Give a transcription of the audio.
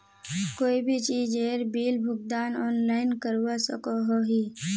कोई भी चीजेर बिल भुगतान ऑनलाइन करवा सकोहो ही?